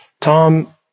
Tom